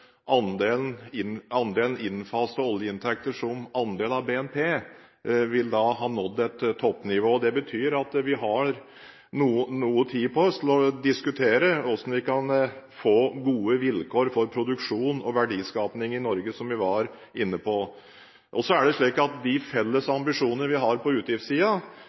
andelen innfasede oljeinntekter som andel av BNP vil ha nådd et toppnivå. Det betyr at vi har noe tid på oss til å diskutere hvordan vi kan få gode vilkår for produksjon og verdiskaping i Norge, som vi var inne på. De felles ambisjoner vi har på utgiftssiden, vil kreve at vi også i framtiden har